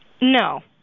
No